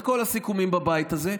את כל הסיכומים בבית הזה,